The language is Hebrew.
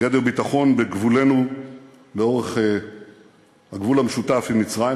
גדר ביטחון בגבולנו לאורך הגבול המשותף עם מצרים,